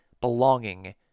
belonging